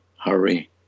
hurry